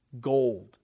gold